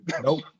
nope